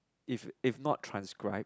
if if not transcript